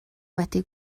wedi